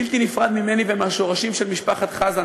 בלתי נפרד ממני ומהשורשים של משפחת חזן,